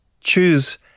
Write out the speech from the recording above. choose